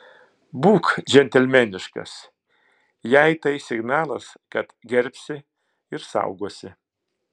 būk džentelmeniškas jai tai signalas kad gerbsi ir saugosi